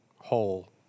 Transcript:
Whole